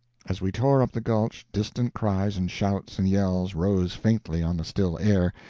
as we tore up the gulch, distant cries and shouts and yells rose faintly on the still air,